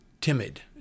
timid